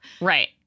Right